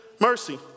Mercy